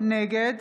נגד